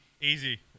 Easy